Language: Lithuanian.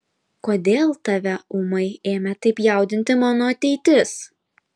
kodėl tave ūmai ėmė taip jaudinti mano ateitis